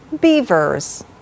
beavers